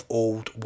old